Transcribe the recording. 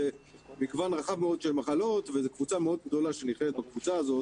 זה מגוון רחב מאוד של מחלות וזה קבוצה מאוד גדולה שנכללת בקבוצה הזאת